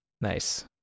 nice